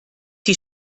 die